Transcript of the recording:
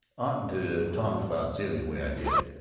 oughtn't to talked about zilla way i did.